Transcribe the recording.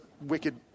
wicked